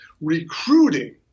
recruiting